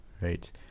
right